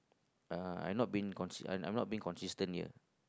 uh I'm not being cons~ I'm not being consistent here